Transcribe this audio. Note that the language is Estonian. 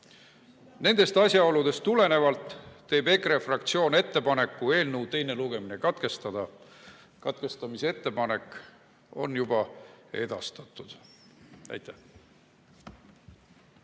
Nendest asjaoludest tulenevalt teeb EKRE fraktsioon ettepaneku eelnõu teine lugemine katkestada. Katkestamise ettepanek on juba edastatud. Aitäh!